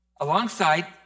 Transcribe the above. Alongside